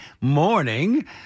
morning